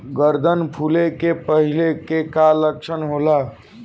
गर्दन फुले के पहिले के का लक्षण होला?